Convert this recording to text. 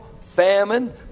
famine